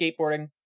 skateboarding